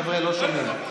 חבר'ה, לא שומעים.